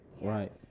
Right